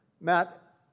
Matt